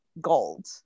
gold